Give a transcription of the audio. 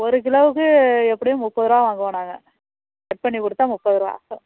ஒரு கிலோவுக்கு எப்படியும் முப்பது ரூவா வாங்குவோம் நாங்கள் கட் பண்ணி கொடுத்தா முப்பது ரூவா